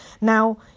Now